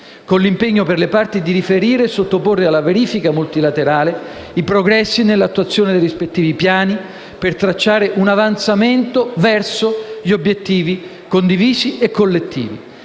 con l'impegno per le parti di riferire e sottoporre alla verifica multilaterale i progressi nell'attuazione dei rispettivi piani, per tracciare un avanzamento verso gli obiettivi collettivi